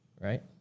right